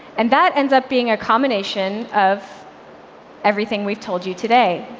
and that ends up being a combination of everything we've told you today.